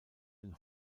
den